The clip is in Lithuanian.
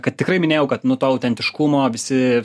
kad tikrai minėjau kad nu to autentiškumo visi